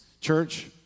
Church